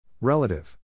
Relative